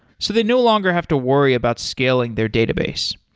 so they no longer have to worry about scaling their database.